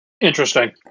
Interesting